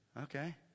Okay